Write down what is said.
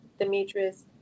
Demetrius